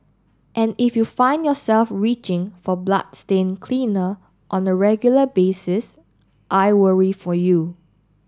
and if you find yourself reaching for bloodstain cleaner on a regular basis I worry for you